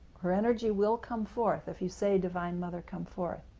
her energy will come forth, if you say, divine mother come forth,